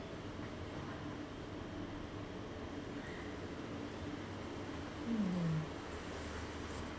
mm